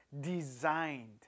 designed